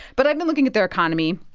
but i've been looking at their economy.